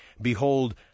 behold